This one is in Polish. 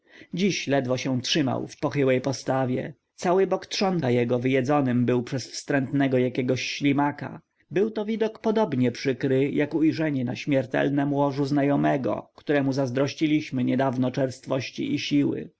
dziś ledwo się trzymał w pochyłej postawie cały bok trzona jego wyjedzonym był przez wstrętnego jakiegoś ślimaka był to widok podobnie przykry jak ujrzenie na śmiertelnem łożu znajomego któremu zazdrościliśmy niedawno czerstwości i siły